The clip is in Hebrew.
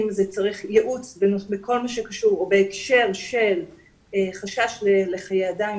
אם צריך ייעוץ בהקשר של חשש לחיי אדם,